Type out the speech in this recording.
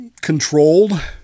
controlled